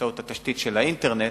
באמצעות התשתית של האינטרנט,